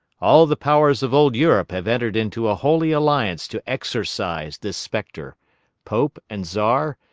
all the powers of old europe have entered into a holy alliance to exorcise this spectre pope and czar,